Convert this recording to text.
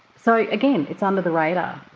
so again, it's under the radar.